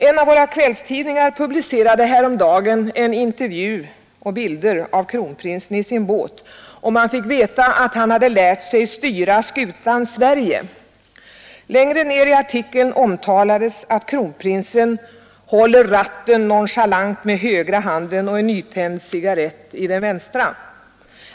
En av våra kvällstidningar publicerade häromdagen en intervju samt bilder av kronprinsen i sin båt, och man fick veta att han lärt sig styra ”skutan Sverige”. Längre ned i artikeln omtalades att kronprinsen håller ratten nonchalant med högra handen och en nytänd cigarrett i den vänstra.